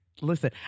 Listen